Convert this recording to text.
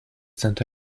santa